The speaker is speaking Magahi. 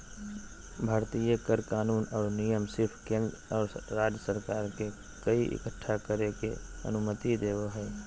भारतीय कर कानून और नियम सिर्फ केंद्र और राज्य सरकार के कर इक्कठा करे के अनुमति देवो हय